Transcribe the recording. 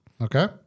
Okay